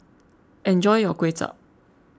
enjoy your Kway Chap